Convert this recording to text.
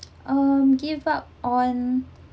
um give up on